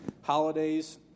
holidays